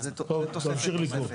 טוב, תמשיך לקרוא.